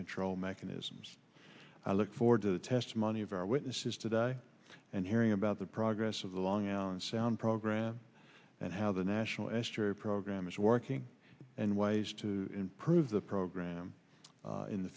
control mechanisms i look forward to the testimony of our witnesses today and hearing about the progress of the long island sound program and how the national estuary program is working and ways to improve the program in the